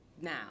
Now